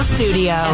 Studio